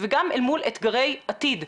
של אופיאטים.